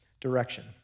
direction